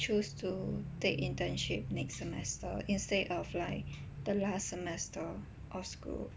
choose to take internship next semester instead of like the last semester of school